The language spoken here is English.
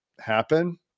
happen